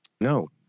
No